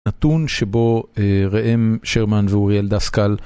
נתון שבו ראהם שרמן ואוריאל דסקל